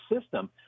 system